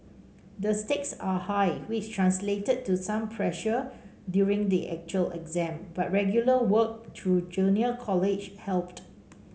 the stakes are high which translated to some pressure during the actual exam but regular work through junior college helped